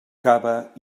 cava